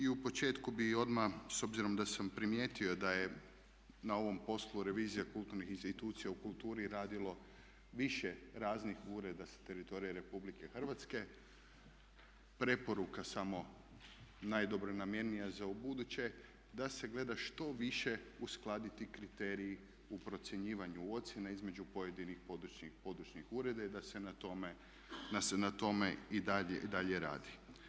I u početku bih odmah, s obzirom da sam primijetio da je na ovom poslu revizija kulturnih institucija u kulturi radilo više raznih ureda sa teritorija Republike Hrvatske, preporuka samo, najdobronamjernija za ubuduće, da se gleda što više uskladiti kriteriji u procjenjivanju ocjena između pojedinih područnih ureda i da se na tome i dalje radi.